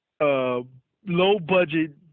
low-budget